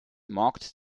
marked